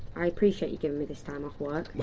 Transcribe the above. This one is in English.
i appreciate you giving me this time off work. well.